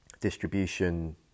distribution